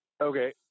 okay